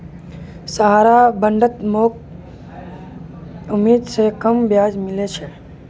सहारार बॉन्डत मोक उम्मीद स कम ब्याज मिल ले